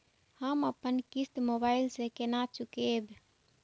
हम अपन किस्त मोबाइल से केना चूकेब?